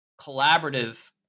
collaborative